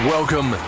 Welcome